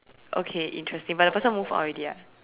okay interesting but the person moved out already ah